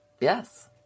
Yes